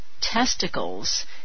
testicles